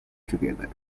together